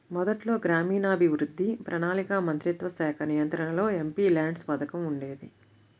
మొదట్లో గ్రామీణాభివృద్ధి, ప్రణాళికా మంత్రిత్వశాఖ నియంత్రణలో ఎంపీల్యాడ్స్ పథకం ఉండేది